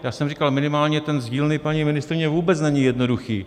Já jsem říkal, minimálně ten z dílny paní ministryně vůbec není jednoduchý.